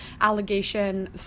allegation